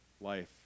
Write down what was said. life